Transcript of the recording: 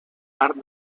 part